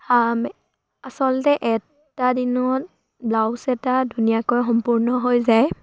আচলতে এটা দিনত ব্লাউজ এটা ধুনীয়াকৈ সম্পূৰ্ণ হৈ যায়